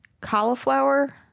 cauliflower